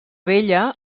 vella